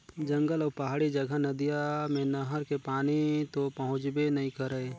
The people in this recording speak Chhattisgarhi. जंगल अउ पहाड़ी जघा नदिया मे नहर के पानी तो पहुंचबे नइ करय